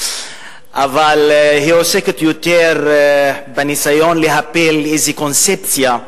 אבל היא עוסקת יותר בניסיון להפיל איזו קונספציה,